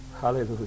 Hallelujah